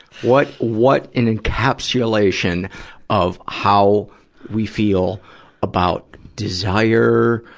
what, what an encapsulation of how we feel about desire,